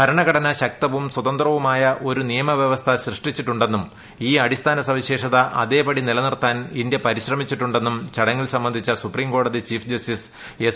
ഭരണഘടന ശക്തവും സ്വതന്ത്ര്യവുമായ ഒരു നിയമ വ്യവസ്ഥ സൃഷ്ടിച്ചിട്ടുണ്ടെന്നും ഈ അടിസ്ഥാന സവിശേഷത അതേപടി നിലനിർത്താൻ ഇന്ത്യ പരിശ്രമിച്ചിട്ടുണ്ടെന്നും ചടങ്ങിൽ സംബന്ധിച്ചു സുപ്രീം കോടതി ചീഫ് ജസ്റ്റീസ്സ് എസ്